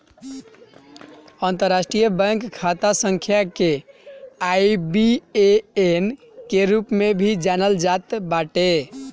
अंतरराष्ट्रीय बैंक खाता संख्या के आई.बी.ए.एन के रूप में भी जानल जात बाटे